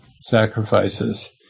sacrifices